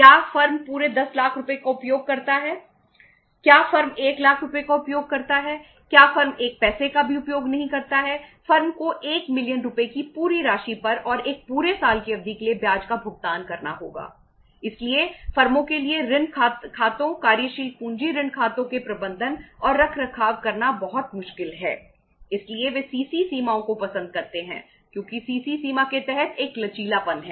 क्या फर्म पूरे 10 लाख रुपये का उपयोग करता है क्या फर्म 1 लाख रुपये का उपयोग करता है क्या फर्म एक पैसे का भी उपयोग नहीं करता है फर्म को 1 मिलियन सीमा के तहत एक लचीलापन है